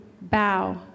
bow